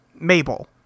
Mabel